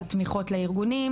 לתמיכות לארגונים,